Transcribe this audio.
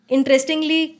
Interestingly